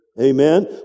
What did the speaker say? Amen